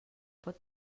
pot